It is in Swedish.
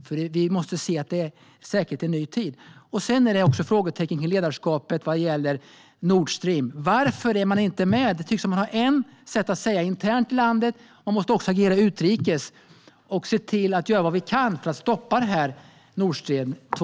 Vi måste se att det handlar om säkerhet i en ny tid. Det finns också frågetecken kring ledarskapet när det gäller Nord Stream. Varför är man inte med? Det tycks som att man har ett sätt att tala om detta internt i landet. Man måste också agera utrikes. Vi måste se till att göra vad vi kan för att stoppa Nord Stream 2.